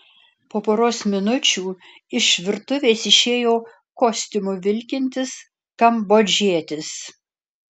po poros minučių iš virtuvės išėjo kostiumu vilkintis kambodžietis